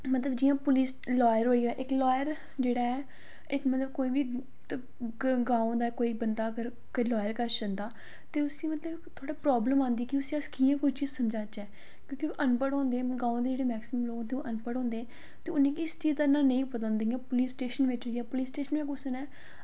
जियां मतलब police lawyer होइया इक्क लॉयर जेोह्ड़ा ऐ इक्क मतलब कोई बी गांव दा कोई बंदा अगर लॉयर कश जंदा ते उसी प्रॉब्लम आंदी ते उसी अस कियां उसगी समझाचै क्योंकि अनपढ़ होंदे ग्रांऽ दे मैक्सीमम लोग अनपढ़ होंदे ते उनेंगी एह् चीज़ां नेईं पसंद ते पुलिस स्टेशन बिच जां पुलिस स्टेशन कुसै नै